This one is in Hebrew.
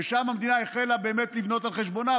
ושם המדינה החלה באמת לבנות על חשבונה,